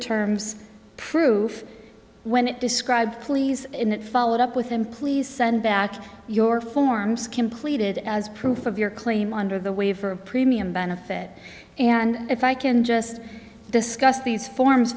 terms proof when it described please it followed up with him please send back your forms completed as proof of your claim under the waiver of premium benefit and if i can just discuss these forms